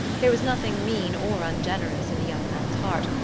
there was nothing mean or ungenerous in the young man's heart,